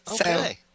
Okay